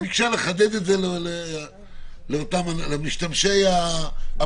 הלאה, חברים.